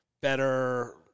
better